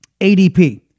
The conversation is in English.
ADP